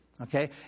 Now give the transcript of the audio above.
Okay